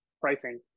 pricing